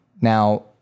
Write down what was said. Now